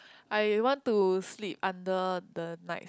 I want to sleep under the night